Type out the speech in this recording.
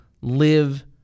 live